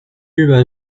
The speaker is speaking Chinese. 日本